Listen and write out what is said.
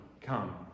come